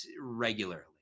regularly